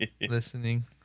listening